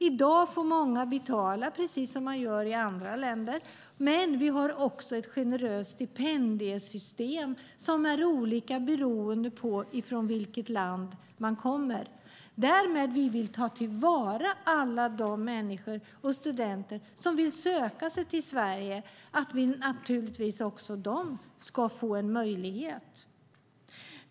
I dag får många betala för det, precis som man gör i andra länder. Men vi har ett generöst stipendiesystem som är olika beroende på vilket land man kommer från. Därmed vill vi ta till vara alla de människor och studenter som vill söka sig till Sverige så att de ska få en möjlighet.